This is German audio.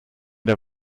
der